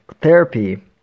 therapy